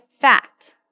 fact